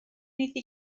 iddi